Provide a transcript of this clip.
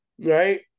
right